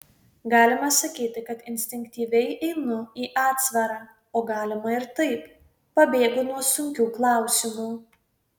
galima sakyti kad instinktyviai einu į atsvarą o galima ir taip pabėgu nuo sunkių klausimų